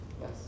yes